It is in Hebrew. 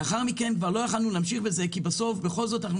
לאחר מכן כבר לא יכולנו להמשיך בזה כי בסוף בכל זאת אנחנו